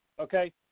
okay